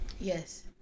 Yes